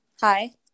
hi